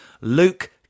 Luke